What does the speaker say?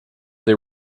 the